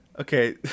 Okay